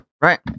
Right